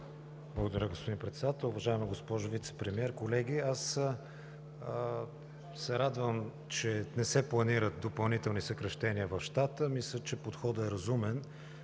България): Господин Председател, уважаема госпожо Вицепремиер, колеги! Аз се радвам, че не се планират допълнителни съкращения в щата. Мисля, че подходът е разумен,